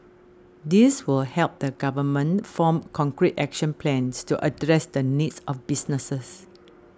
this will help the government form concrete action plans to address the needs of businesses